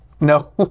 no